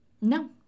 No